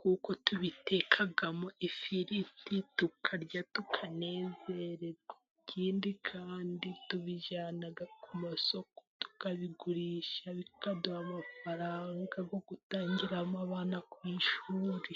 kuko tubitekamo ifiriti tukarya tukanezererwa, ikindi kandi tubijyana ku masoko tukabigurisha bikaduha amafaranga yo gutangiramo abana ku mashuri.